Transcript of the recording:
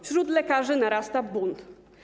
Wśród lekarzy narasta bunt.